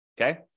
Okay